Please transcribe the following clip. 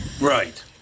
Right